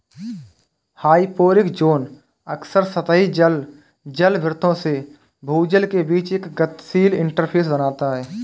hyporheic zone अक्सर सतही जल जलभृतों से भूजल के बीच एक गतिशील इंटरफ़ेस बनाता है